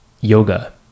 yoga